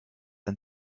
and